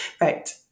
right